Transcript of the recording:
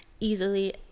easily